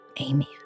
Amen